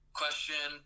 question